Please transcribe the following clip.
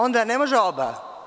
Onda ne može oba.